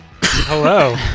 Hello